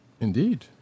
Indeed